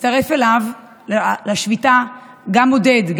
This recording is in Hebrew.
הצטרף אליו לשביתה עודד,